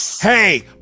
hey